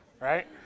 right